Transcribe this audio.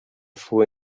fuhr